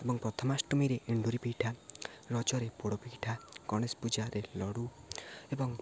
ଏବଂ ପ୍ରଥମାଷ୍ଟମୀରେ ଏଣ୍ଡୁରି ପିଠା ରଜରେ ପୋଡ଼ ପିଠା ଗଣେଶ ପୂଜାରେ ଲଡ଼ୁ ଏବଂ